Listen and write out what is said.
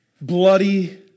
bloody